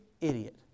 idiot